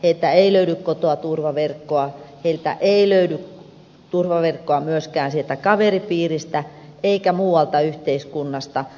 heiltä ei löydy kotoa turvaverkkoa heiltä ei löydy turvaverkkoa myöskään sieltä kaveripiiristä eikä muualta yhteiskunnasta